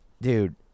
dude